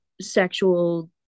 sexual